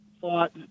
thought